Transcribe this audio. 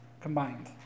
combined